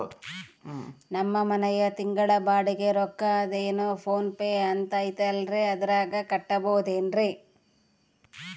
ನಮ್ಮ ಮನೆಯ ತಿಂಗಳ ಬಾಡಿಗೆ ರೊಕ್ಕ ಅದೇನೋ ಪೋನ್ ಪೇ ಅಂತಾ ಐತಲ್ರೇ ಅದರಾಗ ಕಟ್ಟಬಹುದೇನ್ರಿ?